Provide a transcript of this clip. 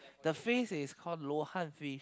the fish is call Luo-Han fish